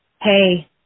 hey